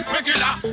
Regular